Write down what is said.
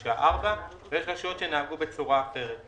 עד השעה 4:00 ויש רשויות שנהגו בצורה אחרת.